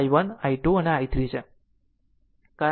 અહીં આ 2 માટે i1 I2 i3 છે કારણ કે આ 2 છે